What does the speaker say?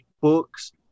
books